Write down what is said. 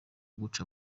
guca